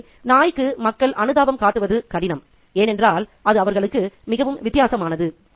எனவே நாய்க்கு மக்கள் அனுதாபம் காட்டுவது கடினம் ஏனென்றால் அது அவர்களுக்கு மிகவும் வித்தியாசமானது